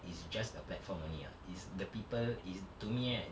is just a platform only ah is the people is to me right